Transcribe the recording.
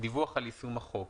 דיווח על יישום החוק.